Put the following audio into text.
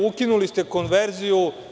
Ukinuli ste konverziju.